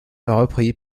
repris